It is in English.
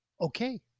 okay